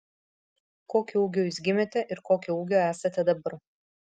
kokio ūgio jūs gimėte ir kokio ūgio esate dabar